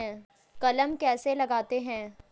कलम कैसे लगाते हैं?